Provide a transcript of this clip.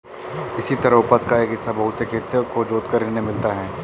इसी तरह उपज का एक हिस्सा बहुत से खेतों को जोतकर इन्हें मिलता है